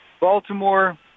Baltimore